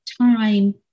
time